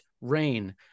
rain